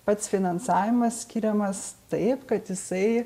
pats finansavimas skiriamas taip kad jisai